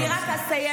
אני רק אסיים,